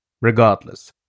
Regardless